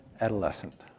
Adolescent